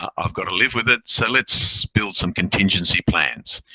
ah i've got to live with it, so let's build some contingency plans.